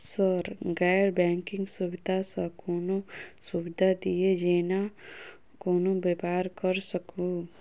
Sir गैर banking सुविधा सँ कोनों सुविधा दिए जेना कोनो व्यापार करऽ सकु?